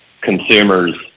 consumers